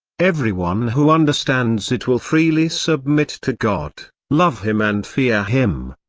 everyone who understands it will freely submit to god, love him and fear him.